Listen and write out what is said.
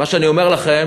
מה שאני אומר לכם,